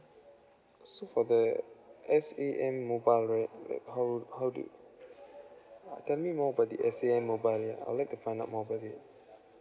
so for the S_A_M mobile right how how do uh tell me more about the S_A_M mobile I would like to find out more for it